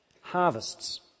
harvests